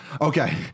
okay